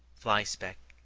fly-speck,